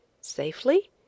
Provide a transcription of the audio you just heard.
Safely